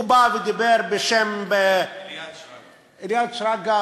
הוא בא ודיבר בשם, אליעד שרגא.